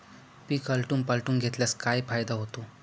पीक आलटून पालटून घेतल्यास काय फायदा होतो?